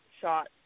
shot